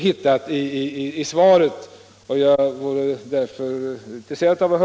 Jag har inte hittat något tidsschema i svaret.